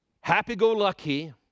happy-go-lucky